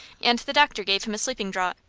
and the doctor gave him a sleeping draught.